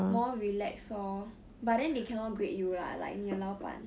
more relaxed lor but then they cannot grade you lah like 你的老板